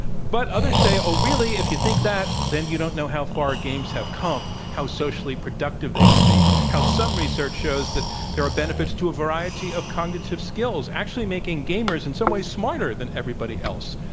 but others say, oh, really? if you think that, then you don't know how far games have come, how socially productive they can be, how some research shows that there are benefits to a variety of cognitive skills actually making gamers in some ways smarter than everybody else.